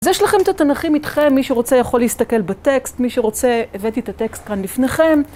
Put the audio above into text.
אז יש לכם את התנכים איתכם, מי שרוצה יכול להסתכל בטקסט, מי שרוצה הבאתי את הטקסט כאן לפניכם.